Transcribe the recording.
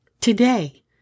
Today